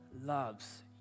loves